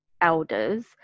elders